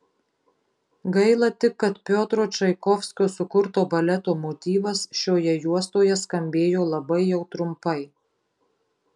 gaila tik kad piotro čaikovskio sukurto baleto motyvas šioje juostoje skambėjo labai jau trumpai